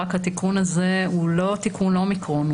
רק התיקון הזה הוא לא תיקון אומיקרון.